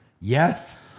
Yes